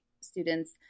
students